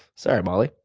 sorry, molly.